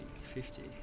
fifty